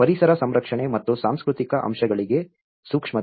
ಪರಿಸರ ಸಂರಕ್ಷಣೆ ಮತ್ತು ಸಾಂಸ್ಕೃತಿಕ ಅಂಶಗಳಿಗೆ ಸೂಕ್ಷ್ಮತೆ